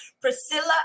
Priscilla